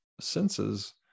senses